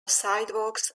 sidewalks